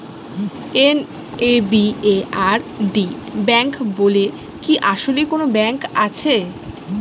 NABARD bank বলে কি আসলেই কোনো ব্যাংক আছে?